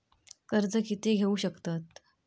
कर्ज कीती घेऊ शकतत?